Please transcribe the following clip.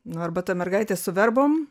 no arba ta mergaitė su verbom